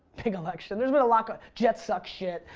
big election. there's been a lot going. jets suck shit.